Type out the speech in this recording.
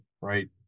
right